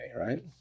right